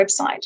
website